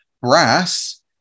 Brass